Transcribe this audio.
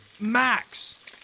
Max